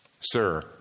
Sir